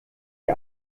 die